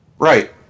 Right